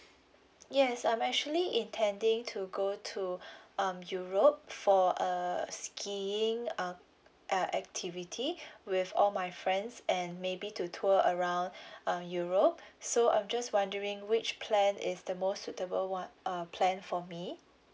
yes I'm actually intending to go to um europe for err skiing um uh activity with all my friends and maybe to tour around uh europe so I'm just wondering which plan is the most suitable one uh plan for me